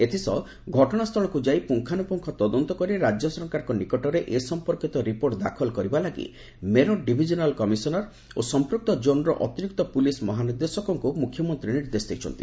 ଏଥିସହ ଘଟଣା ସ୍ଥଳକୁ ଯାଇ ପୁଙ୍ଗାନୁପୁଙ୍ଗ ତଦନ୍ତ କରି ରାଜ୍ୟ ସରକାରଙ୍କ ନିକଟରେ ଏ ସମ୍ପର୍କିତ ରିପୋର୍ଟ ଦାଖଲ କରିବା ଲାଗି ମେରଠ ଡିଭିଜନାଲ୍ କମିଶନର ଓ ସମ୍ପୁକ୍ତ ଜୋନ୍ର ଅତିରିକ୍ତ ପୁଲିସ୍ ମହାନିର୍ଦ୍ଦେଶକଙ୍କୁ ମୁଖ୍ୟମନ୍ତ୍ରୀ ନିର୍ଦ୍ଦେଶ ଦେଇଛନ୍ତି